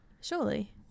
Surely